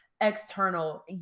external